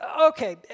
Okay